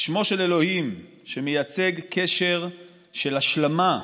שמו של אלוהים, שמייצג קשר של השלמה,